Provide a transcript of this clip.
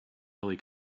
holly